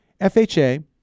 FHA